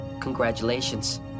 Congratulations